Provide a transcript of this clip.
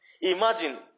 imagine